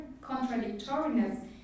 contradictoriness